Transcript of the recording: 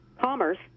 Commerce